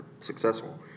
successful